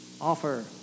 offer